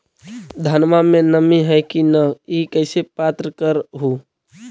धनमा मे नमी है की न ई कैसे पात्र कर हू?